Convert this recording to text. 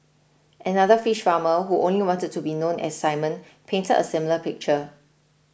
another fish farmer who only wanted to be known as Simon painted a similar picture